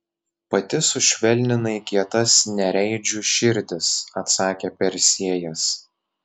pati sušvelninai kietas nereidžių širdis atsakė persėjas